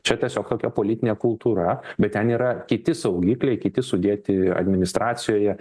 čia tiesiog tokia politinė kultūra bet ten yra kiti saugikliai kiti sudėti administracijoje